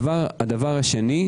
שנית,